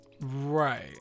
right